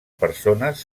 persones